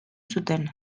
zuten